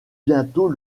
bientôt